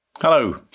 Hello